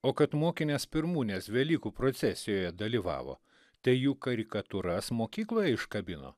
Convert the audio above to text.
o kad mokinės pirmūnės velykų procesijoje dalyvavo tai jų karikatūras mokykloje iškabino